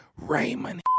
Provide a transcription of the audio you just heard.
Raymond